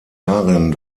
darin